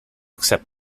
accept